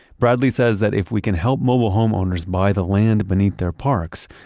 bradley says that if we can help mobile homeowners buy the land beneath their parks,